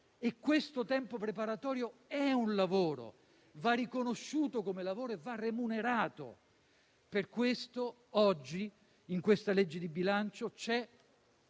Questo tempo preparatorio è un lavoro, va riconosciuto come lavoro e va remunerato. Oggi, in questa legge di bilancio